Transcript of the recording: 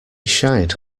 shied